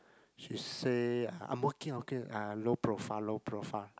she say I'm working okay uh low profile low profile